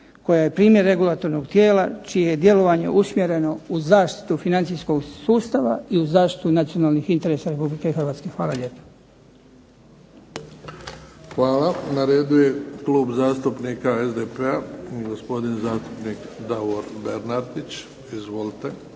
koja je primjer regulatornog tijela čije je djelovanje usmjereno u zaštitu financijskog sustava i u zaštitu nacionalnih interesa RH. Hvala lijepo. **Bebić, Luka (HDZ)** Hvala. Na redu je Klub zastupnika SDP-a, gospodin zastupnik Davor Bernardić. Izvolite.